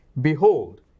Behold